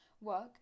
Work